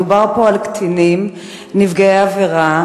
מדובר פה על קטינים נפגעי עבירה,